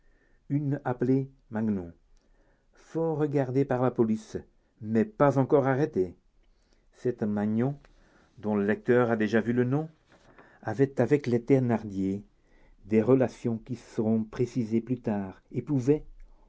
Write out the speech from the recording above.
une appelée magnon fort regardée par la police mais pas encore arrêtée cette magnon dont le lecteur a déjà vu le nom avait avec les thénardier des relations qui seront précisées plus tard et pouvait